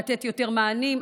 לתת יותר מענים.